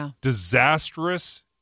disastrous